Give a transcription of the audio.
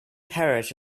parrot